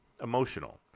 emotional